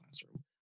classroom